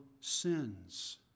sins